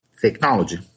technology